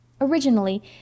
Originally